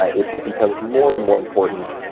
ah it it becomes more and more important